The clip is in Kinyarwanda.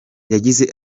yagize